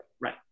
Right